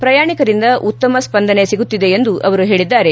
ಪ್ರಯಾಣಿಕರಿಂದ ಉತ್ತಮ ಸ್ಪಂದನೆ ಸಿಗುತ್ತಿದೆ ಎಂದು ಅವರು ಹೇಳದ್ದಾರೆ